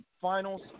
finals